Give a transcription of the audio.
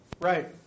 Right